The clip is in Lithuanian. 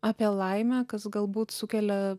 apie laimę kas galbūt sukelia